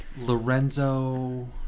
Lorenzo